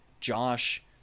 Josh